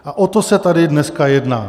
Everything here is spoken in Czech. A o to se tady dneska jedná.